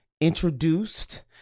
introduced